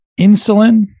insulin